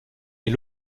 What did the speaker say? est